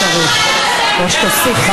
תעצור את הזמן, אם צריך, או תוסיף זמן.